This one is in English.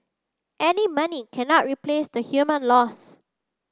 any money cannot replace the human loss